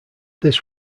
this